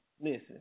listen